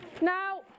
Now